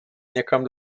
někam